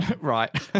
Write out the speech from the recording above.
right